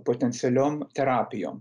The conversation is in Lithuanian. potencialiom terapijom